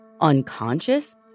unconscious